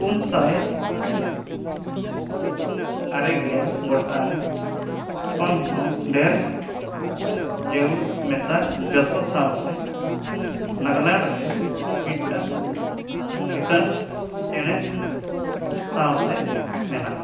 ᱯᱩᱱ ᱥᱟᱭ ᱟᱨᱮ ᱜᱮᱞ ᱜᱚᱴᱟᱝ ᱠᱷᱚᱱ ᱦᱚᱸ ᱰᱷᱮᱨ ᱡᱟᱹᱣᱩᱲ ᱢᱮᱥᱟ ᱡᱷᱚᱛᱚ ᱥᱟᱶᱛᱮ ᱱᱟᱜᱟᱞᱮᱱᱰᱨᱮ ᱢᱤᱫᱴᱟᱝ ᱠᱤᱥᱟᱹᱬ ᱪᱮᱬᱮ ᱥᱟᱶᱛᱮ ᱢᱮᱱᱟᱜᱼᱟ